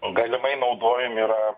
galimai naudojami yra